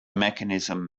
mechanism